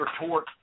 retort